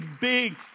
big